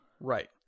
Right